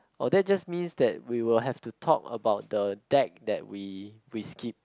oh that just means that we will have to talk about the deck that we we skipped